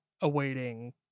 awaiting